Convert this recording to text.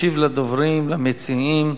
ישיב לדוברים, למציעים,